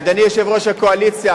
ואדוני יושב-ראש הקואליציה,